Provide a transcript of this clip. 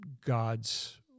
God's